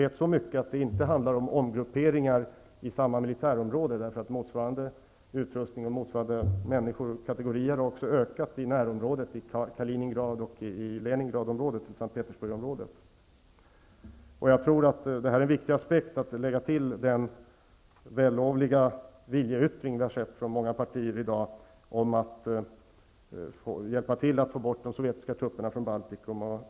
Men så mycket vet vi, att det inte handlar om omgrupperingar i samma militärområde, för motsvarande kategorier utrustning och personal har ökat också i närområdet, i Kaliningrad och i Sankt Jag tror att det här är en viktig aspekt att lägga till den vällovliga viljeyttring vi har hört från många håll i dag om att hjälpa till att få bort de sovjetiska trupperna från Baltikum.